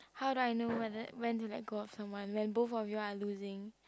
how do I know whether when do I go out with someone when both of you are losing